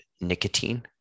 nicotine